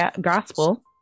gospel